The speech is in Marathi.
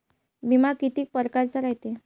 बिमा कितीक परकारचा रायते?